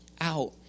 out